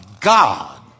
God